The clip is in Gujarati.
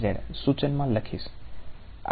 આ નવા ઓપરેટરો છે ઓકે